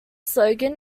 slogan